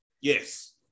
Yes